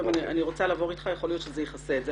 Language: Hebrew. אני רוצה קודם לעבור אתך ויכול להיות שזה יכסה את זה.